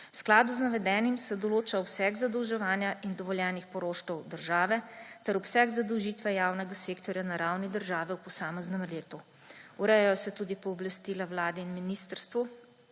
V skladu z navedenim se določa obseg zadolževanja in dovoljenih poroštev države ter obseg zadolžitve javnega sektorja na ravni države v posameznem letu. Urejajo se tudi pooblastila Vlade in ministrstev,